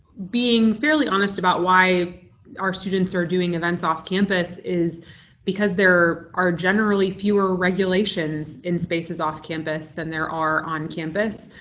being fairly honest about why our students are doing events off campus is because there are generally fewer regulations in spaces off campus than there are on campus,